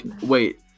wait